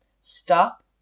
stop